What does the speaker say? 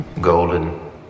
golden